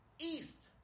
East